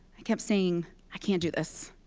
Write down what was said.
i kept saying, i can't do this.